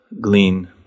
glean